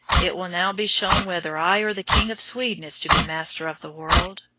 it will now be shown whether i or the king of sweden is to be master of the world,